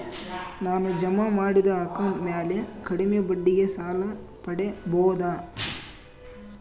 ನಾನು ಜಮಾ ಮಾಡಿದ ಅಕೌಂಟ್ ಮ್ಯಾಲೆ ಕಡಿಮೆ ಬಡ್ಡಿಗೆ ಸಾಲ ಪಡೇಬೋದಾ?